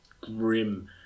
grim